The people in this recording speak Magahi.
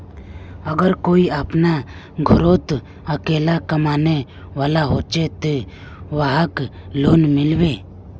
अगर कोई अपना घोरोत अकेला कमाने वाला होचे ते वहाक लोन मिलबे?